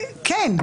כן.